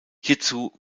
hierzu